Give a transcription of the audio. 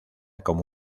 como